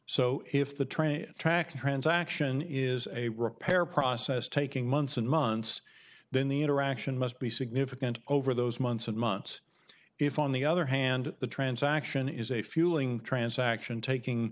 so if the train track transaction is a repair process taking months and months then the interaction must be significant over those months and months if on the other hand the transaction is a fueling transaction taking